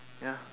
ya